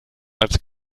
als